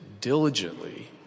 diligently